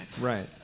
Right